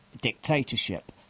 dictatorship